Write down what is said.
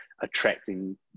attracting